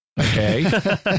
Okay